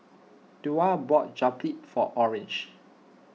Twila bought Japchae for Orange